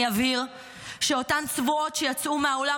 אני אבהיר שאותן צבועות שיצאו מן האולם